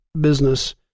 business